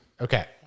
Okay